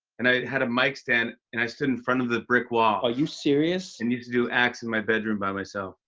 and i had a mic stand, and i stood in front of the brick wall. are you serious? and used to do acts in my bedroom by myself,